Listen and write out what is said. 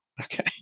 Okay